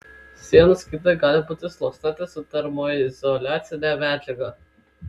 sienų skydai gali būti sluoksniuoti su termoizoliacine medžiaga